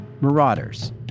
Marauders